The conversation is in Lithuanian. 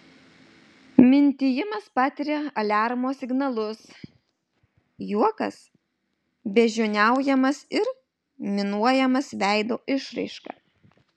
mintijimas patiria aliarmo signalus juokas beždžioniaujamas ir minuojamas veido išraiška